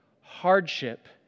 hardship